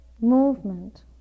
movement